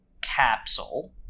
capsule